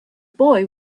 boy